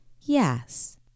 yes